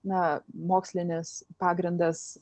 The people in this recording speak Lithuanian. na mokslinis pagrindas